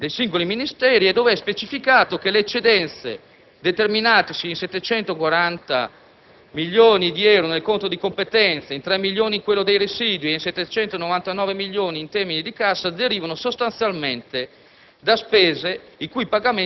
dei singoli Ministeri, dove è specificato che le eccedenze, determinatesi in 740 milioni di euro nel conto di competenza, in 3 milioni in quello dei residui e in 799 milioni in termini di cassa, derivano sostanzialmente